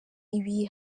ibi